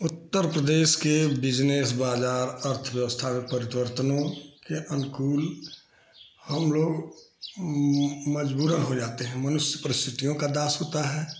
उत्तर प्रदेश के बिजनेस बाजार अर्थव्यवस्था के परिवर्तनों के अनुकूल हम लोग मजबूरन हो जाते हैं मनुष्य परिस्थितियों का दास होता है